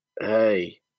hey